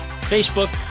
Facebook